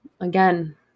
Again